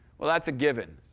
well, that's a given.